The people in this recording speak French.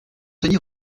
tenir